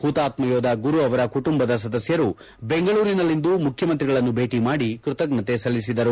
ಹುತಾತ್ಮ ಯೋಧ ಗುರು ಅವರ ಕುಟುಂಬದ ಸದಸ್ಯರು ಬೆಂಗಳೂರಿನಲ್ಲಿಂದು ಮುಖ್ಯಮಂತ್ರಿಗಳನ್ನು ಭೇಟಿ ಮಾದಿ ಕೃತಜ್ಞತೆ ಸಲ್ಲಿಸಿದರು